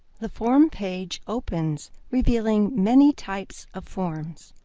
the form page opens revealing many types ah forms.